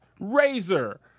Razor